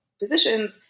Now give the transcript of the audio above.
positions